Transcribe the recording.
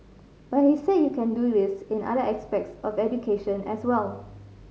but he said you can do this in other aspects of education as well